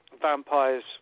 vampires